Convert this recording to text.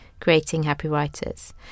CreatingHappyWriters